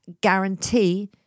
guarantee